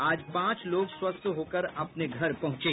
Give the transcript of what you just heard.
आज पांच लोग स्वस्थ होकर अपने घर पहुंचे